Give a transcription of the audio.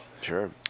Sure